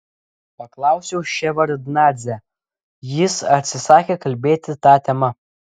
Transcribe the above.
paklausiau ševardnadzę jis atsisakė kalbėti ta tema